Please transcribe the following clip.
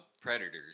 predators